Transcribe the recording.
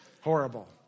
Horrible